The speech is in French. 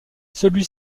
celui